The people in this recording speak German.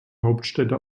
hauptstädte